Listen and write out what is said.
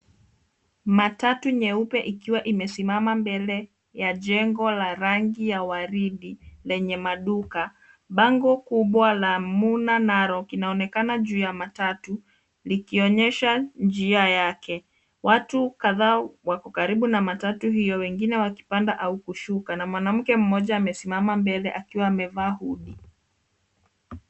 Matatu nyeupe ikiwa imesimama mbele ya jengo la rangi ya waridi lenye maduka. Bango kubwa la Muna Narok inaonekana juu ya matatu, likionyesha njia yake. Watu kadhaa wako karibu na matatu hio, wengine wakipanda au kushuka na mwanamke mmoja amesimama mbele akiwa amevaa hoodie .